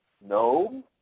No